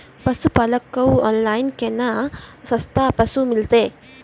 पशुपालक कऽ ऑनलाइन केना सस्ता पसु मिलतै?